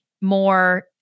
more